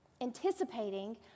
anticipating